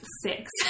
six